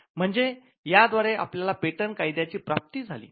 म्हणजे याद्वारे आपल्याला पेटंट कायद्याची प्राप्ती झाली